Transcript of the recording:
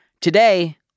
Today